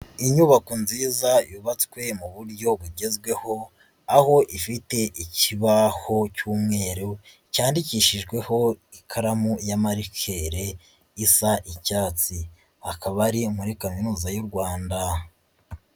Inyubako nziza yubatswe mu buryo bugezweho, aho ifite ikibaho cy'umweru cyandikishijweho ikaramu ya marikere isa icyatsi, hakaba ari muri Kaminuza y'u Rwanda.